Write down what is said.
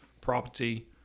property